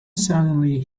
suddenly